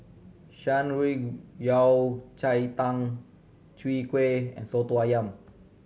Shan Rui Yao Cai Tang Chwee Kueh and Soto Ayam